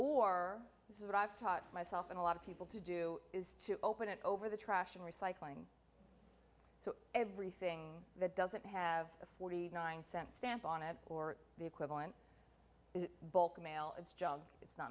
or this is what i've taught myself and a lot of people to do is to open it over the trash and recycling so everything that doesn't have a forty nine cent stamp on it or the equivalent is bulk mail it's jug it's not